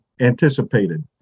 anticipated